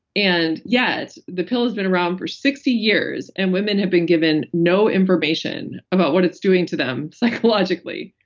and yet the pill has been around for sixty years and women have been given no information about what it's doing to them psychologically.